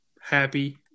happy